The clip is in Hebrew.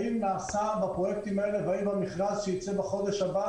האם נעשה בפרויקטים האלה והאם המכרז שייצא בחודש הבא